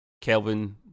Kelvin